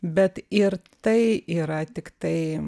bet ir tai yra tiktai